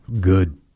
good